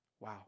Wow